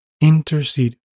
intercede